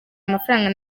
amafaranga